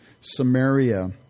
Samaria